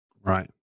Right